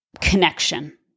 connection